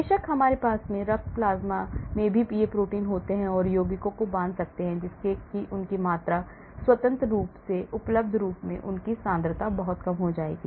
बेशक हमारे पास रक्त प्लाज्मा में भी ये प्रोटीन होते हैं और यौगिकों को बांध सकते हैं जिससे उनकी मात्रा स्वतंत्र रूप से उपलब्ध रूप में उनकी सांद्रता बहुत कम हो जाएगी